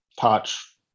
touch